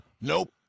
nope